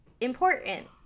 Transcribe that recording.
important